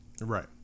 Right